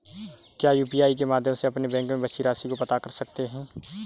क्या यू.पी.आई के माध्यम से अपने बैंक में बची राशि को पता कर सकते हैं?